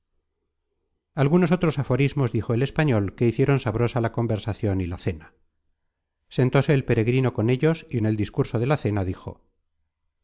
algunos otros aforismos dijo el español que hicieron sabrosa la conversacion y la cena sentóse el peregrino con ellos y en el discurso de la cena dijo